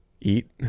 Eat